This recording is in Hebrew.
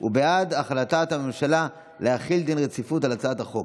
הוא בעד הצעת הממשלה להחיל דין רציפות על הצעת החוק,